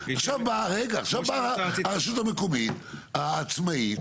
עכשיו באה הרשות המקומית העצמאית